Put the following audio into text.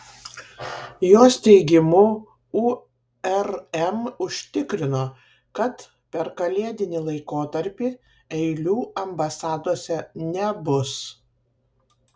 jos teigimu urm užtikrino kad per kalėdinį laikotarpį eilių ambasadose nebus